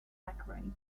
macaroni